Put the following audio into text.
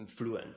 fluent